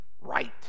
right